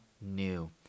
new